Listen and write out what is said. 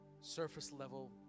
surface-level